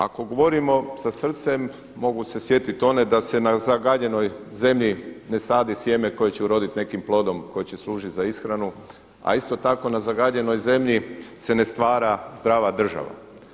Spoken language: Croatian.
Ako govorimo sa srcem mogu se sjetiti one, da se na zagađenoj zemlji ne sadi sjeme koje će uraditi nekim plodom koje će služiti za ishranu, a isto tako na zagađenoj zemlji se ne stvara zdrava država.